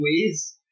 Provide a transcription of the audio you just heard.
ways